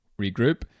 regroup